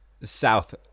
south